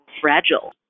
fragile